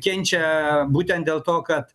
kenčia būtent dėl to kad